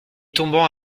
tombant